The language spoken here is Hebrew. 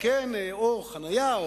או חנייה,